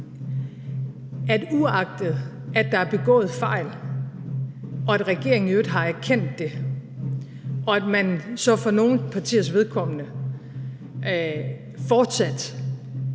man, uagtet at der er begået fejl og at regeringen i øvrigt har erkendt det og at man så for nogle partiers vedkommende fortsat